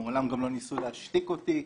מעולם גם לא ניסו להשתיק אותי,